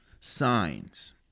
signs